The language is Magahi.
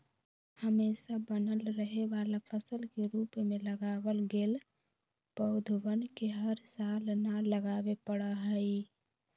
हमेशा बनल रहे वाला फसल के रूप में लगावल गैल पौधवन के हर साल न लगावे पड़ा हई